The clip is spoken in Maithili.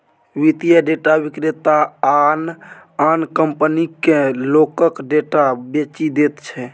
वित्तीय डेटा विक्रेता आन आन कंपनीकेँ लोकक डेटा बेचि दैत छै